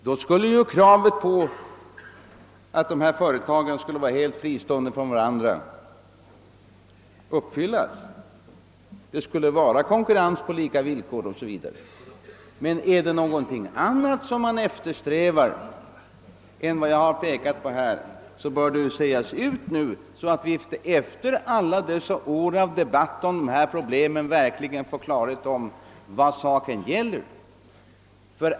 Då skulle ju kravet på att dessa företag skall vara helt fristående från varandra uppfyllas, det skulle bli konkurrens på lika villkor, 0. s. v. är det någonting annat man eftersträvar bör det sägas ut nu, så att vi efter alla dessa år med debatter om dessa problem verkligen får klarhet om vad saken gäller.